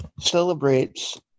celebrates